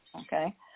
okay